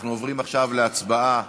אנחנו עוברים עכשיו להצבעה